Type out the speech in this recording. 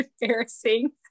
embarrassing